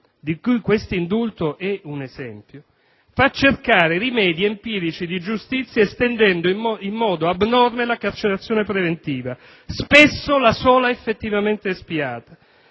di cui questo indulto è un esempio, porta a cercare rimedi empirici estendendo in modo abnorme la carcerazione preventiva, spesso la sola effettivamente espiata.